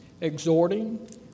exhorting